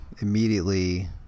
immediately